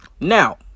Now